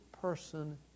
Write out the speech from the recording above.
person